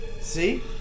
See